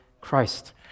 Christ